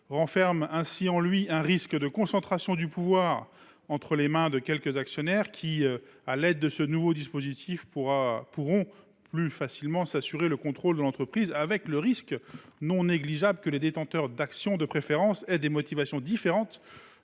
renferme en lui un risque de concentration du pouvoir entre les mains de quelques actionnaires qui, à l’aide de ce nouveau dispositif, pourront plus facilement s’assurer le contrôle de l’entreprise, avec le risque non négligeable que les détenteurs d’actions de préférence aient des motivations différentes